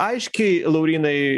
aiškiai laurynai